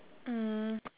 um